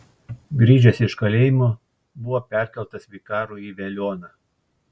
grįžęs iš kalėjimo buvo perkeltas vikaru į veliuoną